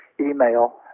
email